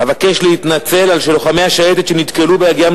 אבקש להתנצל בשם מדינת ישראל כולה,